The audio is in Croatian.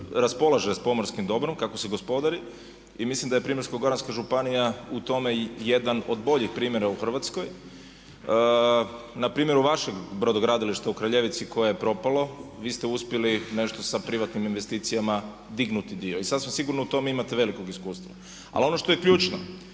raspolaže s pomorskim dobrom, kako se gospodari i mislim da je Primorsko-goranska županija u tome jedan od boljih primjera u Hrvatskoj. Na primjeru vašeg Brodogradilišta u Kraljevici koje je propalo vi ste uspjeli nešto sa privatnim investicijama dignuti dio. I sasvim sigurno u tome imate velikog iskustva. Ali ono što je ključno